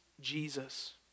Jesus